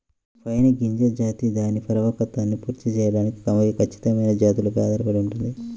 pine గింజ జాతి దాని పరిపక్వతను పూర్తి చేయడానికి ఖచ్చితమైన జాతులపై ఆధారపడి ఉంటుంది